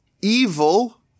evil